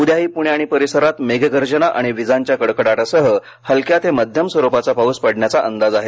उद्याही पुणे आणि परिसरात मेघगर्जना आणि विजांच्या कडकडाटासह हलक्या ते मध्यम स्वरुपाचा पाऊस पडण्याचा अंदाज आहे